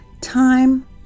Time